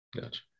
Gotcha